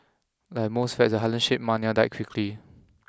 like most fads the Harlem Shake mania died quickly